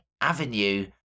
avenue